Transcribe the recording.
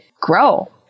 grow